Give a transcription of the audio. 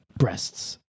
Breasts